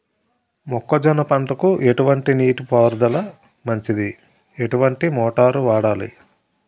మొక్కజొన్న పంటకు ఎటువంటి నీటి పారుదల మంచిది? ఎటువంటి మోటార్ వాడాలి?